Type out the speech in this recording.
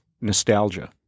nostalgia